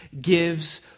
gives